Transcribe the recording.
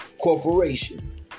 Corporation